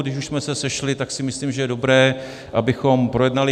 Když už jsme se sešli, tak si myslím, že je dobré, abychom je projednali.